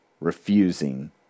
refusing